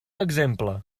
exemple